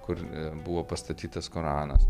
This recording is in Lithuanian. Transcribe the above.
kur buvo pastatytas koranas